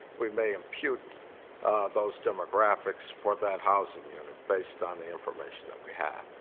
we may impute those demographics for that housing unit based on the information that we have.